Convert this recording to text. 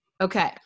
Okay